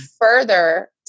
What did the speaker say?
further